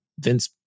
Vince